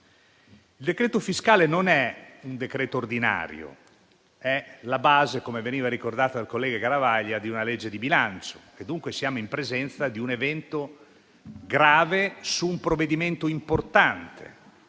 Il decreto-legge fiscale non è un decreto-legge ordinario; è la base, come veniva ricordato dal collega Garavaglia, di una legge di bilancio, dunque siamo in presenza di un evento grave su un provvedimento importante,